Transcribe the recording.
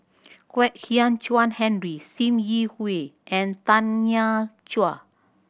Kwek Hian Chuan Henry Sim Yi Hui and Tanya Chua